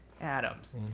Adams